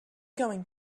going